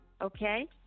Okay